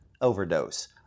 overdose